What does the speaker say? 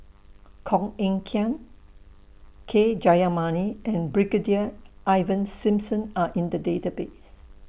Koh Eng Kian K Jayamani and Brigadier Ivan Simson Are in The Database